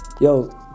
Yo